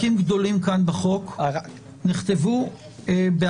חלקים גדולים כאן בהצעת החוק נכתבו מתוך